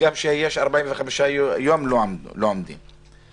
וגם כשיש 45 ימים לא עומדים בזה.